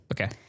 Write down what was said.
Okay